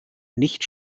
nicht